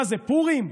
מה זה, פורים?